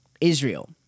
Israel